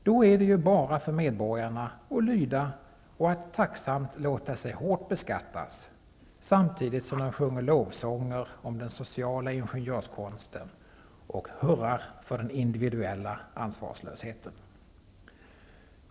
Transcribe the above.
Då är det ju bara för medborgarna att lyda och att tacksamt låta sig hårt beskattas, samtidigt som de sjunger lovsånger om den sociala ingenjörskonsten och hurrar för den individuella ansvarslösheten.